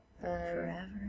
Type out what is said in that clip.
forever